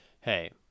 hey